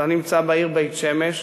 אתה נמצא בעיר בית-שמש,